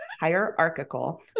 Hierarchical